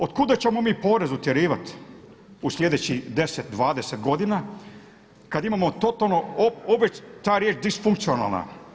Od kuda ćemo mi porez utjerivati u sljedećih 10, 20 godina kad imamo totalno, ta riječ disfunkcionalna.